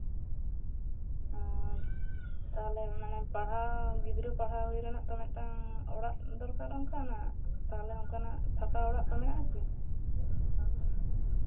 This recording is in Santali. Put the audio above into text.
ᱟᱨ ᱛᱟᱦᱞᱮ ᱯᱟᱲᱦᱟᱣ ᱜᱤᱫᱽᱨᱟᱹ ᱯᱟᱲᱦᱟᱣ ᱦᱩᱭ ᱨᱮᱱᱟᱜ ᱛᱚ ᱢᱤᱫᱴᱟᱱ ᱚᱲᱟᱜ ᱫᱚᱨᱠᱟᱨ ᱚᱱᱠᱟᱱᱟᱜ ᱛᱟᱦᱞᱮ ᱚᱱᱠᱟᱱᱟᱜ ᱯᱟᱠᱟ ᱚᱲᱟᱜ ᱠᱚ ᱢᱮᱱᱟᱜᱼᱟ ᱠᱤ